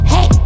Hey